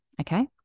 Okay